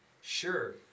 Sure